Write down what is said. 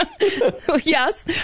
Yes